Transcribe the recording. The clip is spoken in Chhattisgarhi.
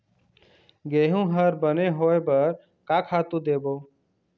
गेहूं हर बने होय बर का खातू देबो?